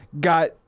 got –